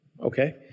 okay